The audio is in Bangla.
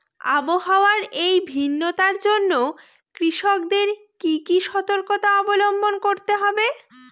আবহাওয়ার এই ভিন্নতার জন্য কৃষকদের কি কি সর্তকতা অবলম্বন করতে হবে?